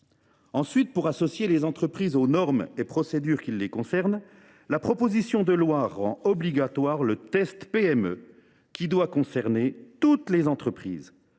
! Pour associer les entreprises aux normes et procédures qui les concernent, la proposition de loi rend obligatoire le test PME, qui doit concerner toutes les entreprises,